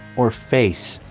or face.